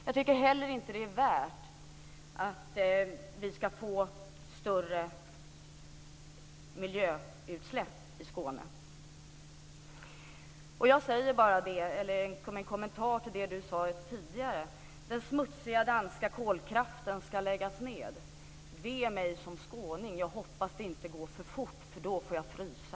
Jag tycker inte heller att det är värt priset att vi ska få större miljöskadliga utsläpp i Skåne. Som en kommentar till det som Lennart Värmby sade tidigare om att den smutsiga danska kolkraften ska läggas med: Ve mig som skåning, jag hoppas att det inte går för fort, för då får jag frysa.